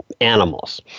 animals